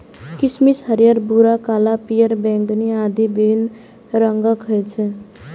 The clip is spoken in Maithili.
किशमिश हरियर, भूरा, काला, पीयर, बैंगनी आदि विभिन्न रंगक होइ छै